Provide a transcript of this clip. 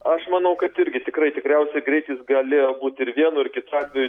aš manau kad irgi tikrai tikriausiai greitis galėjo būt ir vienu ir kitu atveju